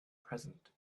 present